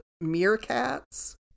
meerkats